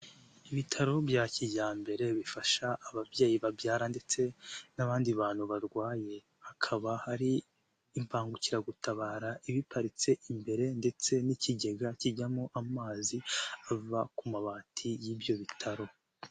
Ibitaro bya kijyambere bifasha ababyeyi babyara ndetse n'abandi bantu barwaye hakaba hari imbangukiragutabara ibiparitse imbere ndetse n'ikigega kijyamo amazi ava ku mabati y'ibyo bitaro.